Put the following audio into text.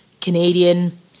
Canadian